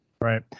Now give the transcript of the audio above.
Right